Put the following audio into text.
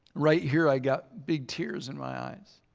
right here i got big tears in my eyes.